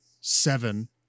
seven